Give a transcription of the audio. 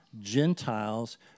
Gentiles